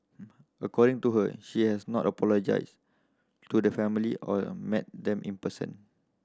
according to her he has not apologised to the family or met them in person